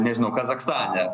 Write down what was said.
nežinau kazachstane